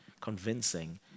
convincing